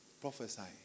prophesying